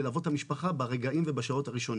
ללוות את המשפחה ברגעים הראשונים